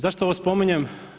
Zašto ovo spominjem?